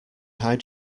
hide